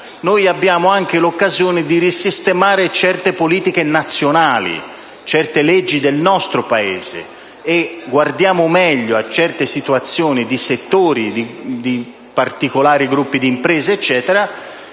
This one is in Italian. abbiamo anche l'occasione di risistemare certe politiche nazionali, certe leggi del nostro Paese, e guardare meglio a certe situazioni, a certi settori o a particolari gruppi di imprese che